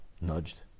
nudged